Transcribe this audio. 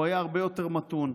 הוא היה הרבה יותר מתון.